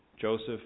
Joseph